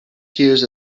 tears